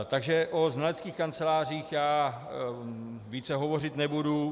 Takže o znaleckých kancelářích já více hovořit nebudu.